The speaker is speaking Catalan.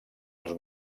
els